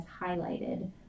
highlighted